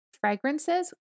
fragrances